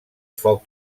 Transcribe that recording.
foc